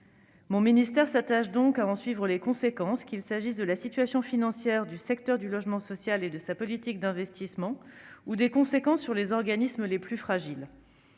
Mon ministère s'attache donc à en suivre les conséquences, que ce soit sur la situation financière du secteur du logement social, sur la politique d'investissement ou sur les organismes les plus fragiles.